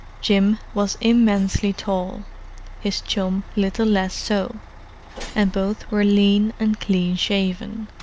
jim was immensely tall his chum little less so and both were lean and clean-shaven,